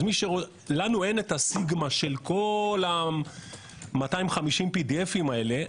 לנו את הסיגמה של כל ה-250 PDF האלה,